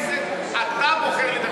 למה מכל חברי הכנסת אתה בוחר לדבר דווקא על זה?